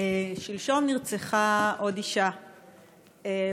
שלשום נרצחה עוד אישה,